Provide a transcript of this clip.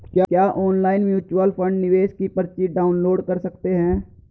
क्या online mutual fund निवेश की पर्ची डाउनलोड कर सकते हैं?